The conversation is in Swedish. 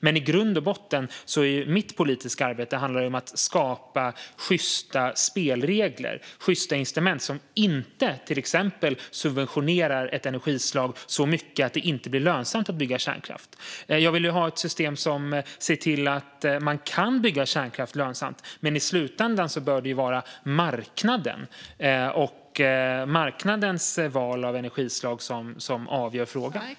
Men i grund och botten handlar mitt politiska arbete om att skapa sjysta spelregler och sjysta incitament som inte subventionerar ett energislag så mycket att det inte blir lönsamt att bygga kärnkraft. Jag vill ha ett system som gör det lönsamt att bygga kärnkraft, men i slutändan bör det vara marknadens val av energislag som avgör frågan.